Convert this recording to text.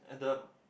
at the